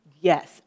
Yes